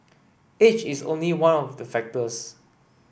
age is only one of the factors